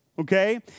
okay